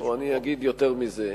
או אני אגיד יותר מזה,